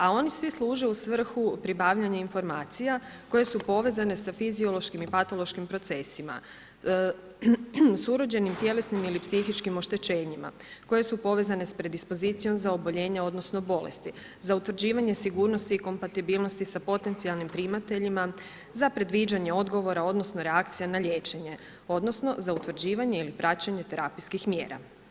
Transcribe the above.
A oni svi služe u svrhu pribavljanja informacija koje su povezane sa fiziološkim i patološkim procesima s urođenim tjelesnim ili psihičkih oštećenjima koje su povezane sa predispozicijom sa oboljenje odnosno bolesti za utvrđivanje sigurnosti i kompatibilnosti sa potencijalnim primateljima, za predviđanje odgovora odnosno reakcija na liječenje odnosno za utvrđivanje ili praćenje terapijskih mjera.